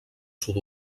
sud